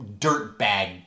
dirtbag